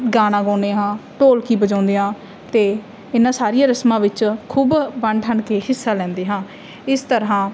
ਗਾਣਾ ਗਾਉਦੇ ਹਾਂ ਢੋਲਕੀ ਵਜਾਉਂਦੇ ਹਾਂ ਅਤੇ ਇਹਨਾਂ ਸਾਰੀਆਂ ਰਸਮਾਂ ਵਿੱਚ ਖੂਬ ਬਣ ਠਣ ਕੇ ਹਿੱਸਾ ਲੈਂਦੇ ਹਾਂ ਇਸ ਤਰ੍ਹਾਂ